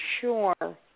sure